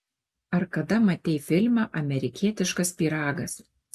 ar kada matei filmą amerikietiškas pyragas